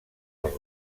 els